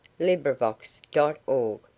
LibriVox.org